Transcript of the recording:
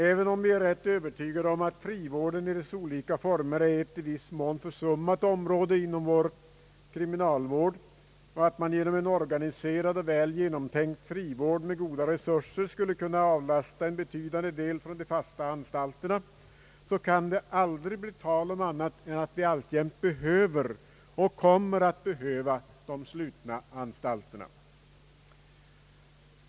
Även om vi är rätt övertygade om att frivården i dess olika former är ett i viss mån försummat område inom vår kriminalvård, att man genom en organiserad och väl genomtänkt frivård med goda resurser skulle kunna avlasta en betydande del från de fasta anstalterna, kan det aldrig bli tal om annat än att vi alltjämt behöver — och kommer att behöva — de slutna anstalterna.